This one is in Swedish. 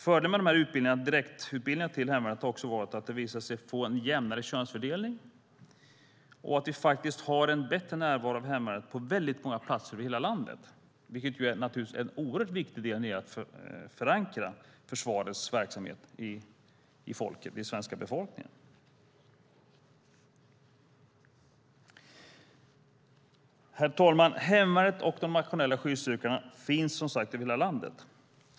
Fördelen med dessa utbildningar har också visat sig i jämnare könsfördelning och att vi faktiskt har en bättre närvaro av hemvärnet på väldigt många platser över hela landet, vilket naturligtvis är oerhört viktigt för att förankra försvarets verksamhet i den svenska befolkningen. Herr talman! Hemvärnet och de nationella skyddsstyrkorna finns som sagt över hela landet.